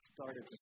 started